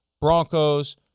Broncos